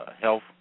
health